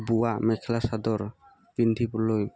বোৱা মেখেলা চাদৰ পিন্ধিবলৈ